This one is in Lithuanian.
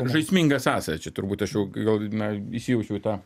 žaisminga sąsaja čia turbūt aš jau gal na įsijaučiau į tą